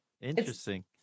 interesting